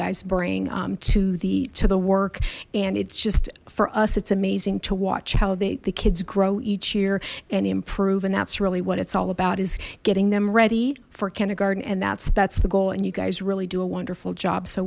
guys bring to the to the work and it's just for us it's amazing to watch how they the kids grow each year and improve and that's really what it's all about is getting them ready for kindergarten and that's that's the goal and you guys really do a wonderful job so